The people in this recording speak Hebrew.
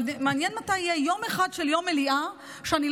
מעניין מתי יהיה יום אחד של יום מליאה שבו לא